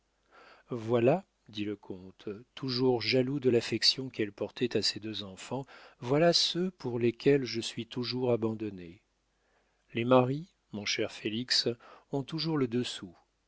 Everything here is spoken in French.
voilà dit le comte toujours jaloux de l'affection qu'elle portait à ses deux enfants voilà ceux pour lesquels je suis toujours abandonné les maris mon cher félix ont toujours le dessous